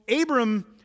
Abram